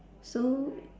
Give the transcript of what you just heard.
so